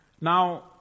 Now